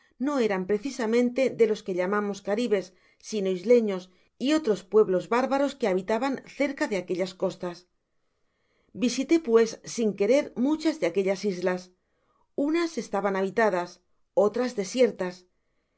no eran precisamente de los que llamamos caribes sino isleños y otros pueblos bárbaros que habitaban cerca de aquellas costas visité pues sin querer muchas de aquellas islas unas estaban habitadas otras desiertas